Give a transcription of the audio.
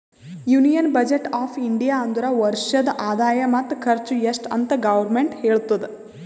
union budget of India ಅಂದುರ್ ವರ್ಷದ ಆದಾಯ ಮತ್ತ ಖರ್ಚು ಎಸ್ಟ್ ಅಂತ್ ಗೌರ್ಮೆಂಟ್ ಹೇಳ್ತುದ